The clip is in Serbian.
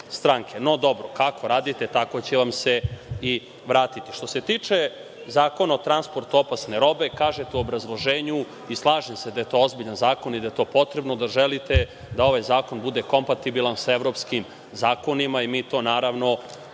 No dobro, kako radite tako će vam se i vratiti. Što se tiče zakona o transportu opasne robe, kažete u obrazloženju i slažem se da je to ozbiljan zakon i da je to potrebno, da želite da ovaj zakon bude kompatibilan sa evropskim zakonima. Mi to naravno